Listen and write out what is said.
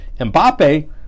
Mbappe